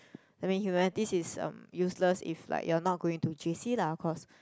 I mean humanities is um useless if like you are not going to j_c lah of course